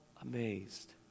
amazed